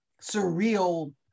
surreal